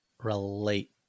relate